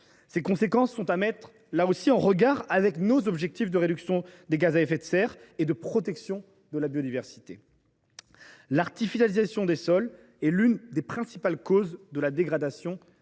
Ces conséquences sont à mettre en regard de nos objectifs de réduction de nos émissions de gaz à effet de serre et de protection de la biodiversité. L’artificialisation est l’une des principales causes de la dégradation